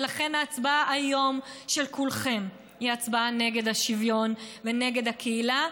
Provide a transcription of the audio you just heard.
ולכן ההצבעה היום של כולכם היא הצבעה נגד השוויון ונגד הקהילה,